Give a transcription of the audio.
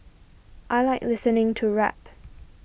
I like listening to rap